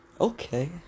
Okay